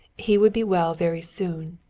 he would be well very soon.